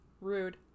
Rude